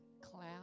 cloud